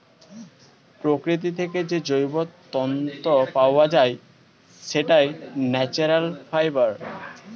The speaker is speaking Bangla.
প্রকৃতি থেকে যে জৈব তন্তু পাওয়া যায়, সেটাই ন্যাচারাল ফাইবার